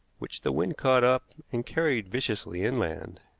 which the wind caught up and carried viciously inland.